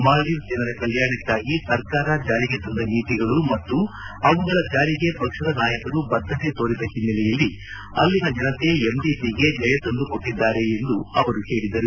ಮಾಲ್ದೀವ್ಲ್ ಜನರ ಕಲ್ಟಾಣಕ್ಕಾಗಿ ಸರ್ಕಾರ ಜಾರಿಗೆ ತಂದ ನೀತಿಗಳು ಮತ್ತು ಅವುಗಳ ಜಾರಿಗೆ ಪಕ್ಷದ ನಾಯಕರು ಬದ್ದತೆ ತೋರಿದ ಹಿನ್ನೆಲೆಯಲ್ಲಿ ಅಲ್ಲಿನ ಜನತೆ ಎಂಡಿಪಿಗೆ ಜಯ ತಂದುಕೊಟ್ಟದ್ದಾರೆ ಎಂದು ಅವರು ಹೇಳಿದರು